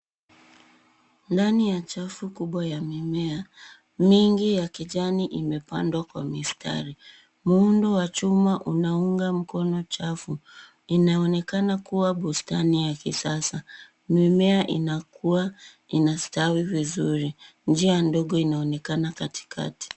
Ndani ya chafu kubwa ya mimea mingi ya kijani, imepandwa kwa mistari. Muundo wa chuma unaunga mkono chafu. Inaonekana kuwa bustani ya kisasa. Mimea inakua, inastawi vizuri. Njia ndogo inaonekana katikati.